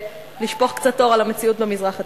לשפוך קצת אור על המציאות במזרח התיכון: